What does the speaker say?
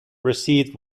received